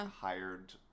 hired